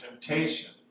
temptation